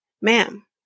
ma'am